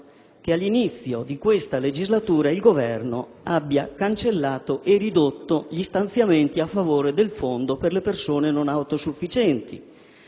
che all'inizio di questa legislatura il Governo abbia ridotto, fino a cancellarli, gli stanziamenti a favore del fondo per le persone non autosufficienti.